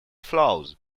flows